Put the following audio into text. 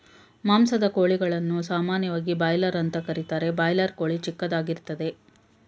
ಮಾಂಸದ ಕೋಳಿಗಳನ್ನು ಸಾಮಾನ್ಯವಾಗಿ ಬಾಯ್ಲರ್ ಅಂತ ಕರೀತಾರೆ ಬಾಯ್ಲರ್ ಕೋಳಿ ಚಿಕ್ಕದಾಗಿರ್ತದೆ